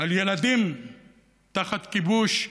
על ילדים תחת כיבוש,